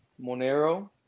monero